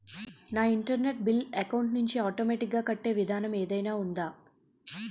నా internet bill account లోంచి automatic గా కట్టే విధానం ఏదైనా ఉందా?